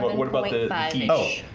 what what about the oh?